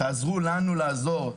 תעזרו לנו לעזור.